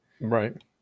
right